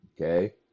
Okay